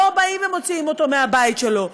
לא באים ומוציאים אותו מהבית שלו.